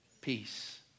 peace